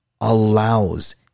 allows